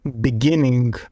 beginning